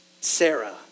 Sarah